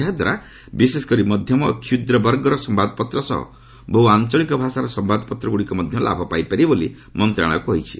ଏହାଦ୍ଧାରା ବିଶେଷ କରି ମଧ୍ୟମ ଓ କ୍ଷୁଦ୍ର ବର୍ଗର ସମ୍ଭାଦପତ୍ର ସହ ବହୁ ଆଞ୍ଚଳିକ ଭାଷାର ସମ୍ଭାଦପତ୍ରଗୁଡ଼ିକ ମଧ୍ୟ ଲାଭ ପାଇପାରିବେ ବୋଲି ମନ୍ତ୍ରଣାଳୟ ପକ୍ଷରୁ କୁହାଯାଇଛି